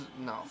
no